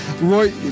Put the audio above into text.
Roy